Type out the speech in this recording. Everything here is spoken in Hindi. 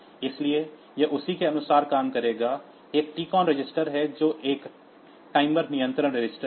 इसलिए यह उसी के अनुसार काम करेगा एक टीकॉन रजिस्टर है जो एक टाइमर नियंत्रण रजिस्टर है